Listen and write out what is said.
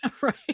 right